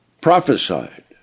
Prophesied